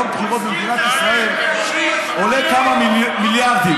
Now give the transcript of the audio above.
יום בחירות במדינת ישראל עולה כמה מיליארדים,